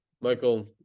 Michael